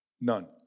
none